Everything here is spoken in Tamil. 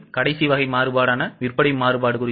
இப்போது கடைசி வகை மாறுபாடான விற்பனை மாறுபாடு